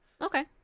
Okay